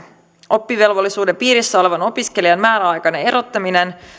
oppivelvollisuuden piirissä olevan opiskelijan määräaikainen erottaminen